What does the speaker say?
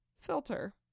Filter